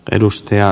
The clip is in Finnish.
puhemies